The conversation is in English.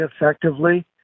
effectively